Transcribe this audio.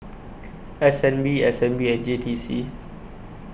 S N B S N B and J T C